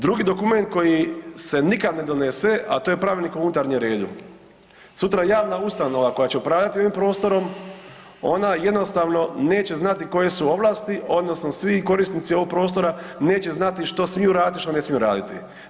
Drugi dokument koji se nikad ne donese a to je pravilnik o unutarnjem redu, sutra javna ustanova koja će upravljati ovim prostorom, ona jednostavno neće znati koje su ovlasti odnosno svi korisnici ovoga prostora neće znati što smiju raditi, što ne smiju raditi.